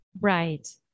Right